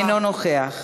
אינו נוכח.